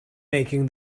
making